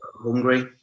hungry